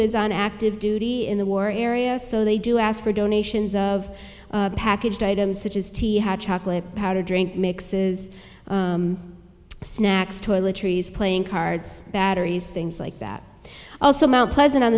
is on active duty in the war area so they do ask for donations of packaged items such as tea had chocolate powder drink mixes snacks toiletries playing cards batteries things like that also mount pleasant on